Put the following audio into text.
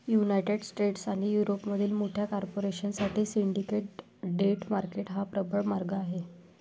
United States आणि युरोपमधील मोठ्या कॉर्पोरेशन साठी सिंडिकेट डेट मार्केट हा प्रबळ मार्ग आहे